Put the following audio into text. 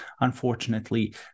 unfortunately